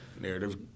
narrative